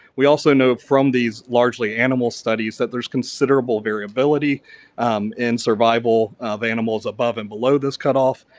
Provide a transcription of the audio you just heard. we also know from these largely animal studies that there's considerable variability and survival of animals above and below this cutoff.